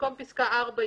במקום פסקה (4)